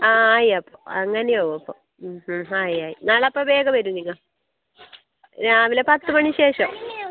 ആ ആയി അങ്ങനെ ആവും അപ്പോൾ ആയി ആയി നാളെ അപ്പോൾ വേഗം വരൂ നിങ്ങൾ രാവിലെ പത്ത് മണി ശേഷം